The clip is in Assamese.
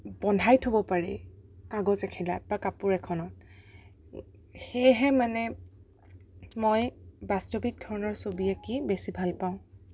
বন্ধাই থ'ব পাৰি কাগজ এখিলাত বা কাপোৰ এখনত সেয়েহে মানে মই বাস্তৱিক ধৰণৰ ছবি আঁকি বেছি ভালপাওঁ